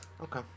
Okay